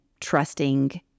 trusting